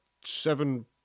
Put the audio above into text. seven